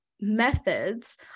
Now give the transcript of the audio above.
methods